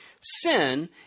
Sin